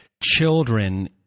children